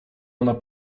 ona